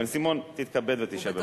בן-סימון, תתכבד ותשב.